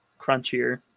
crunchier